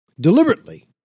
Deliberately